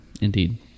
Indeed